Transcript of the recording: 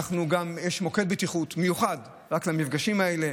יש מוקד בטיחות מיוחד רק למפגשים האלה,